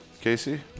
Casey